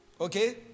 Okay